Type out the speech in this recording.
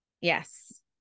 Yes